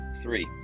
Three